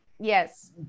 yes